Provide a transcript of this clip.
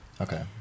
Okay